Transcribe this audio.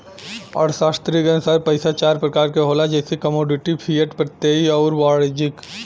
अर्थशास्त्री के अनुसार पइसा चार प्रकार क होला जइसे कमोडिटी, फिएट, प्रत्ययी आउर वाणिज्यिक